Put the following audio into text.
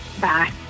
Bye